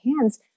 hands